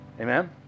amen